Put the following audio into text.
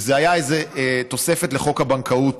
שזה איזו תוספת לחוק הבנקאות